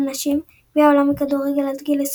גביע העולם בכדורגל נשים גביע העולם בכדורגל עד גיל 20